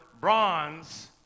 bronze